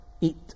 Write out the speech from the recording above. eat